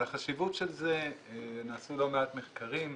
על החשיבות של זה נעשו לא מעט מחקרים.